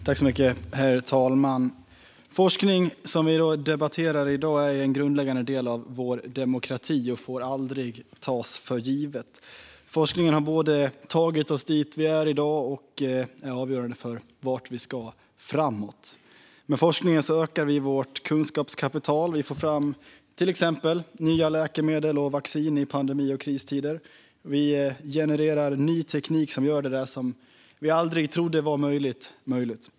Herr talman! Forskningen, som vi nu debatterar, är en grundläggande del av vår demokrati men får aldrig tas för given. Forskningen har tagit oss dit där vi är i dag och är också avgörande för vart vi ska. Med forskningen ökar vi vårt kunskapskapital, får fram nya läkemedel och vacciner i pandemi och kristider och genererar ny teknik som möjliggör det som vi aldrig trodde skulle bli möjligt.